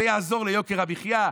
זה יעזור ליוקר המחיה?